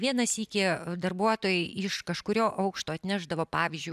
vieną sykį darbuotojai iš kažkurio aukšto atnešdavo pavyzdžiui